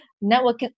network